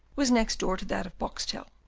was next door to that of boxtel.